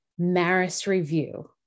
MARISREVIEW